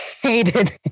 hated